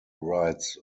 writes